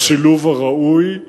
השילוב הראוי,